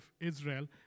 Israel